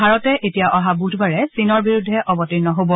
ভাৰতে এতিয়া অহা বুধবাৰে চীনৰ বিৰুদ্ধে অৱতীৰ্ণ হব